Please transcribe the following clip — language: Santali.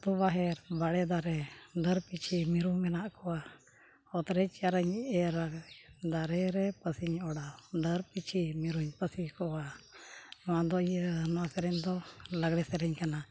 ᱟᱛᱳ ᱵᱟᱦᱮᱨ ᱵᱟᱲᱮ ᱫᱟᱨᱮ ᱰᱟᱹᱨ ᱯᱤᱪᱷᱤ ᱢᱤᱨᱩ ᱢᱮᱱᱟᱜ ᱠᱚᱣᱟ ᱚᱛᱨᱮ ᱪᱟᱨᱟᱧ ᱮᱨᱟ ᱫᱟᱨᱮ ᱨᱮ ᱯᱟᱹᱥᱤᱧ ᱚᱰᱟᱣ ᱰᱟᱹᱨ ᱯᱤᱪᱷᱤ ᱢᱤᱨᱩᱧ ᱯᱟᱹᱥᱤ ᱠᱚᱣᱟ ᱱᱚᱣᱟ ᱫᱚ ᱤᱭᱟᱹ ᱱᱚᱣᱟ ᱥᱮᱨᱮᱧ ᱫᱚ ᱞᱟᱜᱽᱬᱮ ᱥᱮᱨᱮᱧ ᱠᱟᱱᱟ